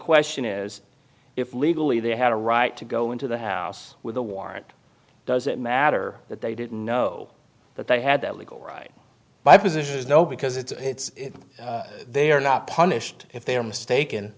question is if legally they had a right to go into the house with a warrant does it matter that they didn't know that they had that legal right my position is no because it's it's they are not punished if they are mistaken